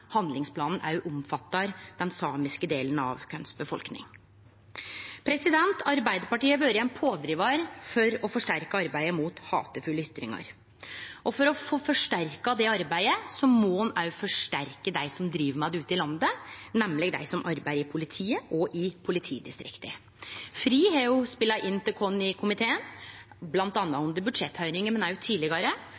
handlingsplanen òg omfattar den samiske delen av befolkninga vår. Arbeidarpartiet har vore ein pådrivar for å forsterke arbeidet mot hatefulle ytringar. For å få forsterka det arbeidet må ein òg styrkje dei som driv med det ute i landet, nemleg dei som arbeider i politiet og i politidistrikta. FRI, Foreningen for kjønns- og seksualitetsmangfold, har spela inn til oss i komiteen,